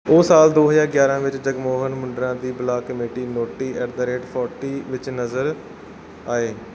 ਉਹ ਸਾਲ ਦੋ ਹਜ਼ਾਰ ਗਿਆਰਾਂ ਵਿੱਚ ਜਗਮੋਹਨ ਮੁੰਡਰਾ ਦੀ ਬਾਲਗ comedy naughty at the rate forty ਵਿੱਚ ਨਜ਼ਰ ਆਏ